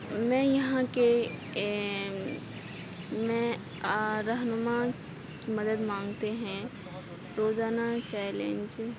میں یہاں کے میں آ رہنما مدد مانگتے ہیں روزانہ چلینج